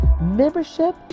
membership